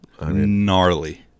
Gnarly